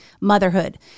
motherhood